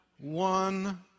one